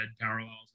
parallels